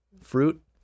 Fruit